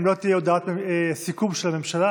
אם לא תהיה הודעת סיכום של הממשלה,